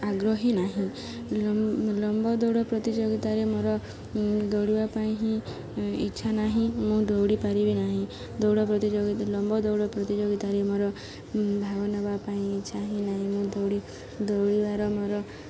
ଆଗ୍ରହୀ ନାହିଁ ଲମ୍ବ ଦୌଡ଼ ପ୍ରତିଯୋଗିତାରେ ମୋର ଦୌଡ଼ିବା ପାଇଁ ହିଁ ଇଚ୍ଛା ନାହିଁ ମୁଁ ଦୌଡ଼ି ପାରିବି ନାହିଁ ଦୌଡ଼ ପ୍ରତିଯୋଗିତା ଲମ୍ବ ଦୌଡ଼ ପ୍ରତିଯୋଗିତାରେ ମୋର ଭାଗ ନେବା ପାଇଁ ଇଚ୍ଛା ହିଁ ନାହିଁ ମୁଁ ଦୌଡ଼ି ଦୌଡ଼ିବାର ମୋର